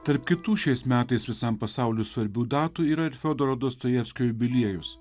tarp kitų šiais metais visam pasauliui svarbių datų yra ir fiodoro dostojevskio jubiliejus